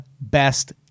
best